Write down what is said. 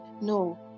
no